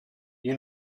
you